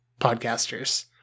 podcasters